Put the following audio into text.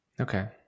Okay